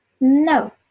no